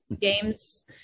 games